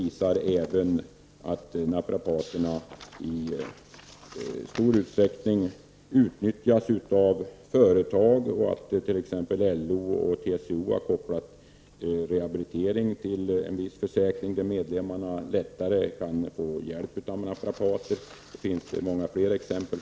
Naprapaterna utnyttjas också i stor utsträckning av företag, och LO och TCO har inom sin rehabiliteringsverksamhet genom en särskild försäkring gjort det möjligt för medlemmarna att lättare få hjälp av naprapater. Jag skulle kunna anföra många fler exempel.